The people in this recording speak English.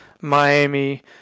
Miami